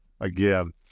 again